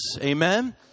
Amen